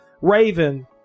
raven